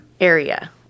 area